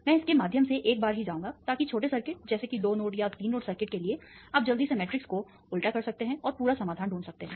मैं इसके माध्यम से एक बार ही जाऊंगा ताकि छोटे सर्किट जैसे कि 2 नोड या 3 नोड सर्किट के लिए आप जल्दी से मैट्रिक्स को उल्टा कर सकते हैं और पूरा समाधान ढूंढ सकते हैं